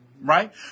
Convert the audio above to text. Right